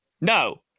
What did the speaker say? No